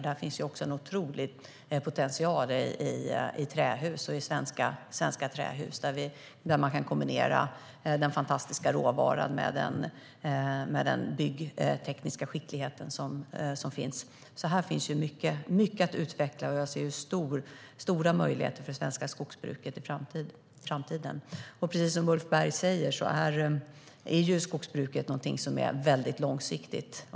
Där finns också en otrolig potential i svenska trähus där man kan kombinera den fantastiska råvaran med den byggtekniska skicklighet som finns. Här finns mycket att utveckla. Jag ser stora möjligheter för det svenska skogsbruket i framtiden. Precis som Ulf Berg säger är skogsbruket någonting som är väldigt långsiktigt.